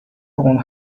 اون